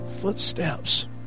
footsteps